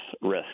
risk